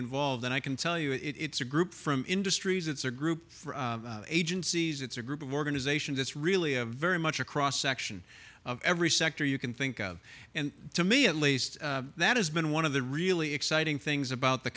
involved and i can tell you it's a group from industries it's a group agencies it's a group of organizations it's really a very much a cross section of every sector you can think of and to me at least that has been one of the really exciting things about the